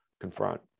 confront